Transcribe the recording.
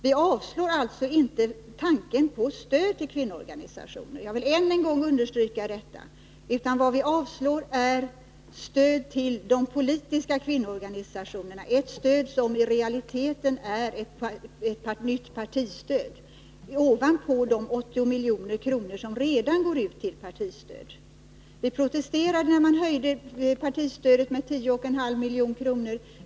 Vi avvisar alltså inte tanken på stöd till kvinnoorganisationerna. Jag vill än en gång understryka detta. Vad vi avvisar är stöd till de politiska kvinnoorganisationerna, ett stöd som i realiteten är ett nytt partistöd ovanpå de 80 milj.kr. som redan utgår i partistöd. Vi protesterade, när man höjde partistödet med 10,5 milj.kr.